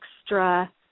extra